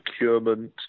procurement